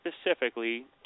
specifically